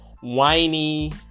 whiny